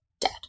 dead